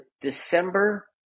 December